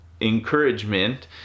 encouragement